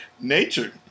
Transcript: nature